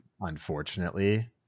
Unfortunately